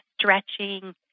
stretching